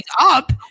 up